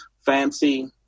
Fancy